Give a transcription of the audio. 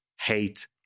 hate